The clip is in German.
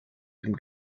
dem